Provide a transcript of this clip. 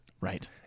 Right